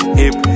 hip